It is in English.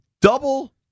double